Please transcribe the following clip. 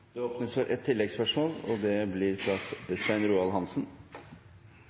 Det blir ett oppfølgingsspørsmål – fra Svein Roald Hansen.